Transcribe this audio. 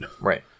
Right